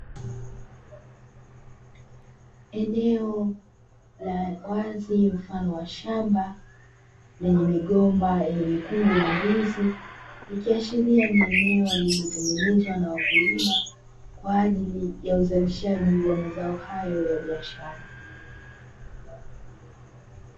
Eneo la wazi mfano wa shamba lenye migomba yenye mikungu ya ndizi ikiashiria ni eneo walizotengenezwa na wakulima kwa ajili ya uzalishaji wa mazao hayo ya biashara.